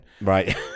Right